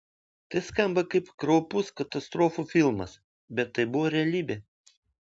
tai skamba kaip kraupus katastrofų filmas bet tai buvo realybė